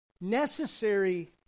necessary